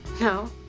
No